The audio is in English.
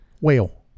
Whale